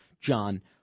John